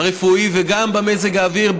הרפואי וגם במזג האוויר,